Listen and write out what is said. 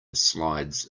slides